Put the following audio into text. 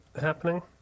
happening